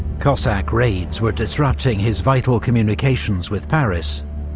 cossack raids were disrupting his vital communications with paris,